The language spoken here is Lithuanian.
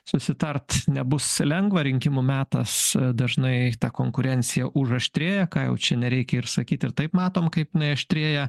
susitart nebus lengva rinkimų metas dažnai ta konkurencija užaštrėja ką jau čia nereikia ir sakyti ir taip matom kaip jinai aštrėja